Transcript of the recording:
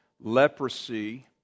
leprosy